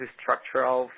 structural